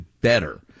better